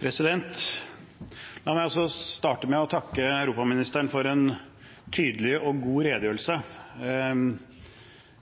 La meg også starte med å takke europaministeren for en tydelig og god redegjørelse.